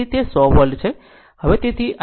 તેથી તે 100 વોલ્ટ છે